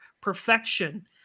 perfection